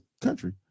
country